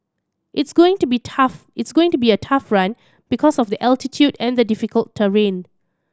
it's going to be tough it's going to be a tough run because of the altitude and the difficult terrain